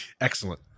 Excellent